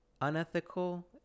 unethical